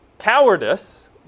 cowardice